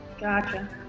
Gotcha